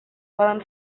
poden